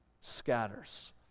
scatters